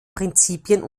prinzipien